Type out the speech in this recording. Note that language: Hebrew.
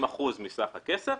50% מסך הכסף.